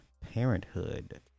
Parenthood